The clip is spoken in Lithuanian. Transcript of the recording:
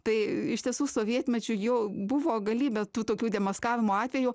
tai iš tiesų sovietmečiu jo buvo galybė tų tokių demaskavimo atveju